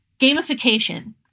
gamification